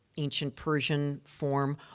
ancient persian form.